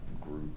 group